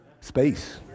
Space